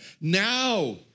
now